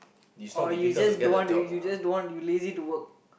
or you just don't want to you just don't want to you lazy to work